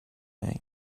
night